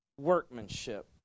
workmanship